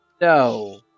No